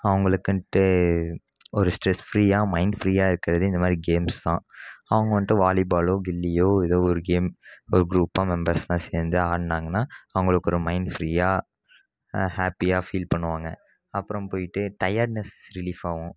அவங்களுக்குன்ட்டு ஒரு ஸ்ட்ரெஸ் ஃப்ரீயாக மைண்ட் ஃப்ரீயாக இருக்கிறது இந்தமாதிரி கேம்ஸ் தான் அவங்க வந்துட்டு வாலிபாலோ கில்லியோ ஏதோ ஒரு கேம் ஒரு குரூப்பாக மெம்பர்ஸாக சேர்ந்து ஆடினாங்கன்னா அவங்களுக்கு ஒரு மைண்ட் ஃப்ரீயாக ஹேப்பியாக ஃபீல் பண்ணுவாங்க அப்புறம் போய்விட்டு டயர்ட்னஸ் ரிலீஃப் ஆகும்